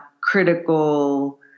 critical